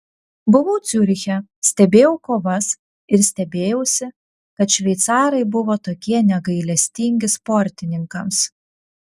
buvau ciuriche stebėjau kovas ir stebėjausi kad šveicarai buvo tokie negailestingi sportininkams